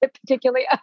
particularly